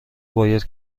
باید